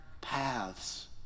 paths